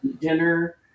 dinner